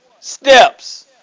Steps